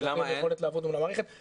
שנותן יכולת לעבוד מול המערכת --- למה אין?